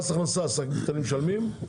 מס הכנסה אתם משלמים?